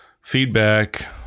feedback –